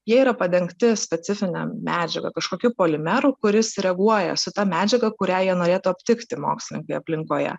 jie yra padengti specifine medžiaga kažkokiu polimeru kuris reaguoja su ta medžiaga kurią jie norėtų aptikti mokslinėje aplinkoje